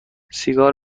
سیگار